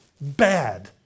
Bad